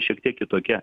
šiek tiek kitokia